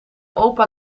opa